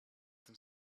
them